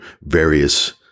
various